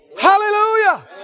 Hallelujah